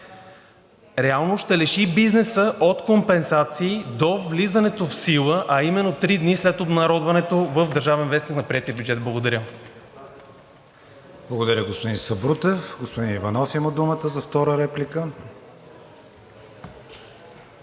реално ще лиши бизнеса от компенсации до влизането в сила, а именно три дни след обнародването в „Държавен вестник“ на приетия бюджет. Благодаря. ПРЕДСЕДАТЕЛ КРИСТИАН ВИГЕНИН: Благодаря, господин Сабрутев. Господин Иванов има думата за втора реплика.